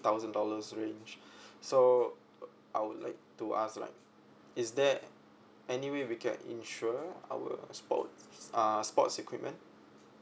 thousand dollars range so I would like to ask like is there any way we can insure our sports uh sports equipment